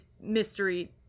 mystery